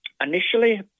initially